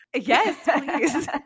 Yes